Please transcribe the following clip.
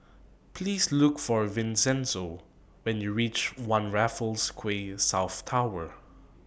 Please Look For Vincenzo when YOU REACH one Raffles Quay South Tower